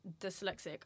dyslexic